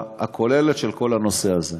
הכוללת של כל הנושא הזה.